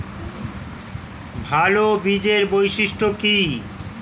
ভাল বীজের বৈশিষ্ট্য কী?